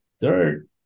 Third